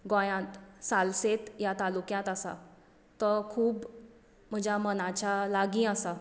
गोंयात सालसेत ह्या तालुक्यांत आसा तो खूब म्हज्या मनाच्या लागीं आसा